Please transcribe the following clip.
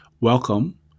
Welcome